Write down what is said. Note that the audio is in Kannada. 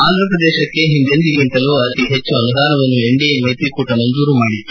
ಆಂಧ್ರಪ್ರದೇಶಕ್ಕೆ ಒಂದೆಂದಿಗಿಂತಲೂ ಅತಿ ಹೆಚ್ಚು ಅನುದಾನವನ್ನು ಎನ್ಡಿಎ ಮೈತ್ರಿಕೂಟ ಮಂಜೂರು ಮಾಡಿತ್ತು